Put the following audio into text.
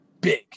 big